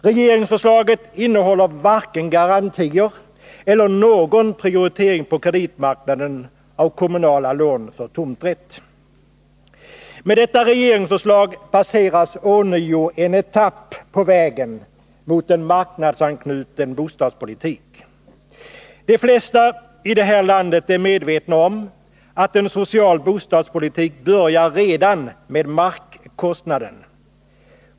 Regeringsförslaget innehåller varken garantier eller någon prioritering på kreditmarknaden av kommunala lån för tomträtt. Med detta regeringsförslag passeras en ny etapp på vägen mot en marknadsanknuten bostadspolitik. De flesta här i landet är medvetna om att en social bostadspolitik börjar redan med markkostnaden.